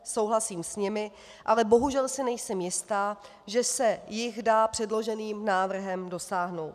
Souhlasím s nimi, ale bohužel si nejsem jistá, že se jich dá předloženým návrhem dosáhnout.